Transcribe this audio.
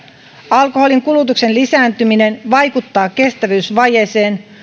alkoholin kulutuksen lisääntyminen vaikuttaa kestävyysvajeeseen